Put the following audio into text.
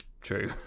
true